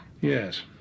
Yes